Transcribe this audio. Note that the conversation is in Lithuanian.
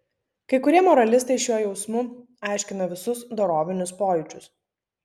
kai kurie moralistai šiuo jausmu aiškina visus dorovinius pojūčius